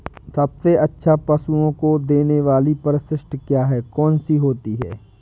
सबसे अच्छा पशुओं को देने वाली परिशिष्ट क्या है? कौन सी होती है?